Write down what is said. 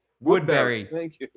woodberry